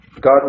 God